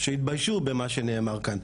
שהתביישו במה שנאמר כאן,